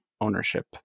ownership